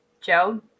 Joe